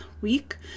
week